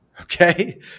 okay